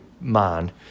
man